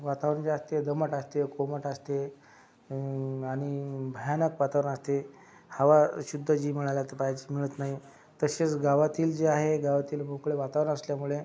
वातावरण जे असते दमट असते कोमट असते आणि भयानक वातावरण असते हवा शुद्ध जी मिळायला ती पाहिजे मिळत नाही तसेच गावातील जे आहे गावातील मोकळे वातावरण असल्यामुळे